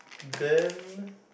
then